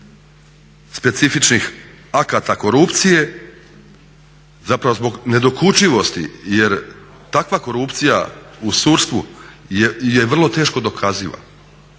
specifičnih akata korupcije zapravo zbog nedokučivosti jer takva korupcija u sudstvu je vrlo teško dokaziva,